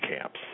camps